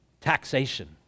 taxation